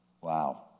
Wow